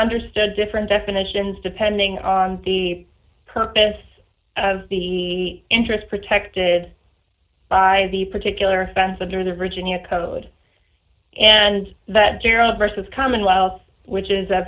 understood different definitions depending on the purpose of the interest protected by the particular offense under the original code and that gerald versus commonwealth which is